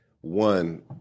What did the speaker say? one